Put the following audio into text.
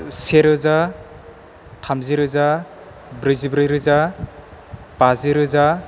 से रोजा थामजि रोजा ब्रैजिब्रै रोजा बाजि रोजा